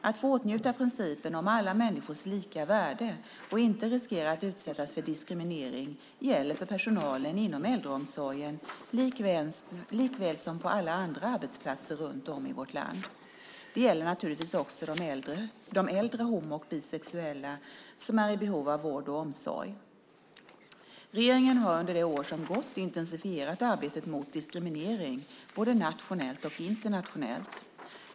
Att få åtnjuta principen om alla människors lika värde och inte riskera att utsättas för diskriminering gäller för personalen inom äldreomsorgen likaväl som på alla andra arbetsplatser runt om i vårt land. Det gäller naturligtvis också de äldre homo och bisexuella som är i behov av vård och omsorg. Regeringen har under det år som gått intensifierat arbetet mot diskriminering, både nationellt och internationellt.